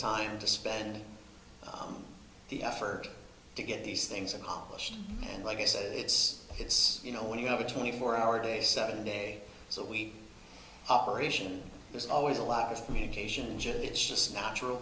time to spend the effort to get these things accomplished and like i said it's it's you know when you have a twenty four hour day seven day so we operation there's always a last communication just it's just natural